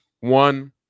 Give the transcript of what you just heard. one